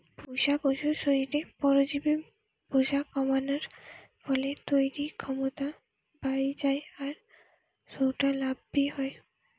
পুশা পশুর শরীরে পরজীবি বোঝা কমানার ফলে তইরির ক্ষমতা বাড়ি যায় আর সউটা লাভ বি হয়